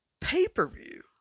pay-per-view